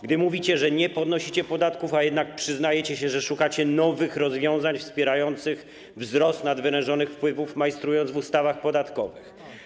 Gdy mówicie, że nie podnosicie podatków, a jednak przyznajecie się, że szukacie nowych rozwiązań wspierających wzrost nadwyrężonych wpływów, majstrując przy ustawach podatkowych?